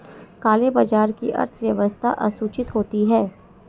काले बाजार की अर्थव्यवस्था असूचित होती है